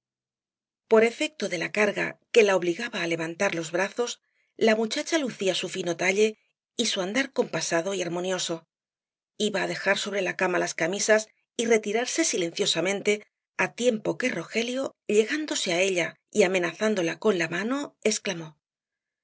por efecto de la carga que la obligaba á levantar los brazos la muchacha lucía su fino talle y su andar compasado y armonioso iba á dejar sobre la cama las camisas y retirarse silenciosamente á tiempo que rogelio llegándose á ella y amenazándola con la mano